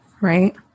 right